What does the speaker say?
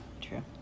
true